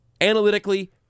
Analytically